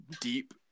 deep